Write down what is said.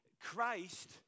Christ